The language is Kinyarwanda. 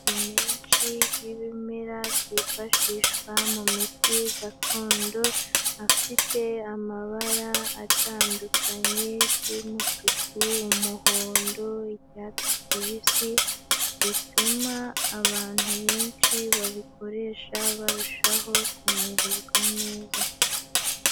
Amoko menshi y'ibimera byifashishwa mu miti gakondo, afite amabara atandukanye y'umutuku umuhondo icyatsi kibisi, bituma abantu benshi babikoresha barushaho kumererwa neza.